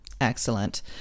Excellent